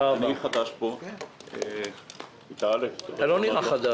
אני חדש פה בוועדת הכספים.